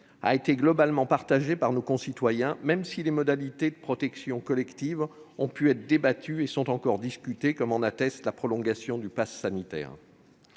a été globalement partagée par nos concitoyens, même si les modalités de protection collective ont pu être débattues et sont encore discutées : la prolongation du passe sanitaire